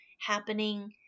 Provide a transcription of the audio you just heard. happening